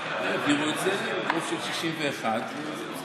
רוב של 61, לפחות